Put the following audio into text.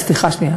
סליחה שנייה.